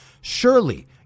Surely